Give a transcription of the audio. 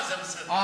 אני לא מאמין.